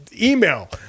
email